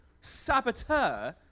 saboteur